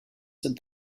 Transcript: said